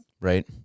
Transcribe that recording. Right